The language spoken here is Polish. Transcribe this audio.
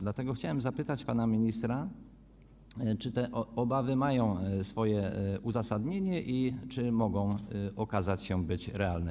Dlatego chciałem zapytać pana ministra, czy te obawy mają swoje uzasadnienie i czy mogą okazać się realne.